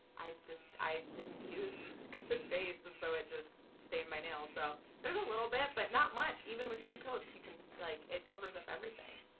i just i didn't use good face and so it just stain my nails so there's a little bit but not much even with two coats you can like it covers up everything.